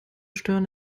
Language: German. stören